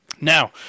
Now